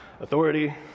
authority